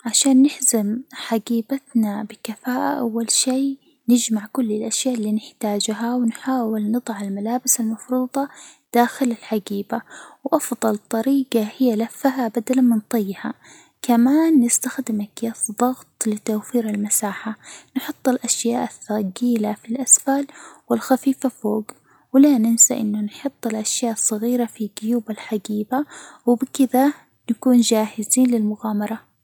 عشان نحزم حجيبتنا بكفاءة، أول شي نجمع كل الأشياء اللي نحتاجها، ونحاول نضع الملابس المفروضة داخل الحجيبة، وأفضل طريجة هي لفها بدل من طيها، كمان نستخدم أكياس ضغط لتوفير المساحة، نحط الأشياء الثجيلة في الأسفل والخفيفة فوج، ولا ننسى إنه نحط الأشياء الصغيرة في جيوب الحجيبة، وبكذا نكون جاهزين للمغامرة.